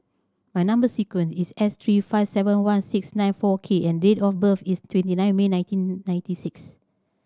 my number sequence is S three five seven one six nine four K and date of birth is twenty nine May nineteen ninety six